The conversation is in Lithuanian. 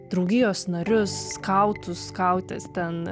draugijos narius skautus skautes ten